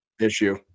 issue